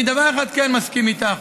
בדבר אחד אני כן מסכים איתך,